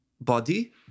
body